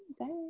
okay